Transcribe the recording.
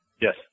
Yes